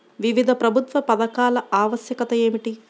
వివిధ ప్రభుత్వ పథకాల ఆవశ్యకత ఏమిటీ?